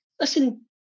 listen